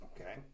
Okay